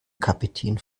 kapitän